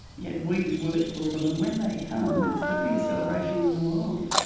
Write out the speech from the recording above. yet we work for them. and when they come, it's the biggest celebration in the world.